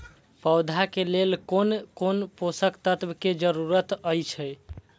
पौधा के लेल कोन कोन पोषक तत्व के जरूरत अइछ?